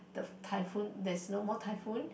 the typhoon there's no more typhoon